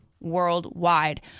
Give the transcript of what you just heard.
worldwide